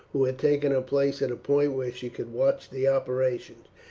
who had taken her place at a point where she could watch the operations.